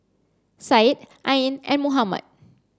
Syed Ain and Muhammad